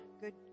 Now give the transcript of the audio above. good